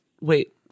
Wait